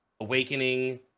awakening